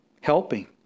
helping